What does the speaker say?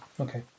Okay